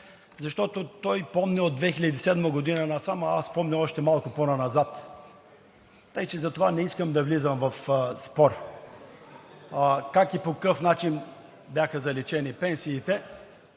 защото той помни от 2007 г. насам, а аз помня още малко по назад, така че за това не искам да влизам в спор как и по какъв начин бяха заличени пенсиите.